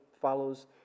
follows